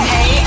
Hey